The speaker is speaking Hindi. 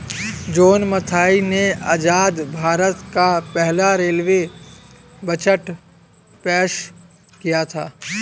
जॉन मथाई ने आजाद भारत का पहला रेलवे बजट पेश किया था